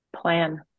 Plan